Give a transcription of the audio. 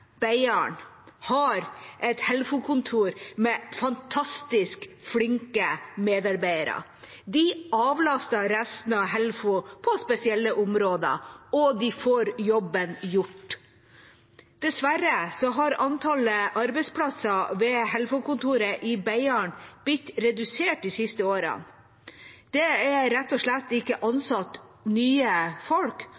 Beiarn, har et Helfo-kontor med fantastisk flinke medarbeidere. De avlaster resten av Helfo på spesielle områder, og de får jobben gjort. Dessverre har antallet arbeidsplasser ved Helfo-kontoret i Beiarn blitt redusert de siste årene. Det er rett og slett ikke